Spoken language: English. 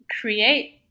create